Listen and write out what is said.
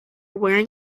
wearing